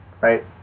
right